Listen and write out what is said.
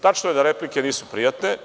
Tačno da replike nisu prijatne.